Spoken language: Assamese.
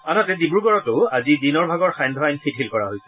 আনহাতে ডিব্ৰুগড়তো আজি দিনৰ ভাগৰ সান্ধ্য আইন শিথিল কৰা হৈছে